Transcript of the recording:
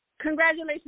Congratulations